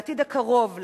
בעתיד הקרוב,